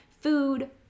food